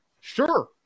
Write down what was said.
sure